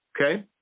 okay